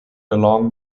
along